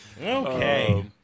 okay